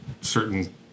certain